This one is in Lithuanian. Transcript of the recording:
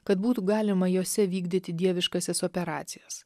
kad būtų galima jose vykdyti dieviškasias operacijas